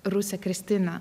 rusė kristina